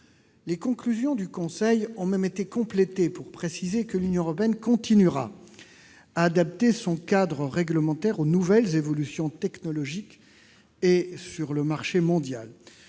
Ces conclusions ont même été complétées pour préciser que l'Union européenne continuera d'adapter son cadre réglementaire « aux nouvelles évolutions technologiques et sur le marché mondial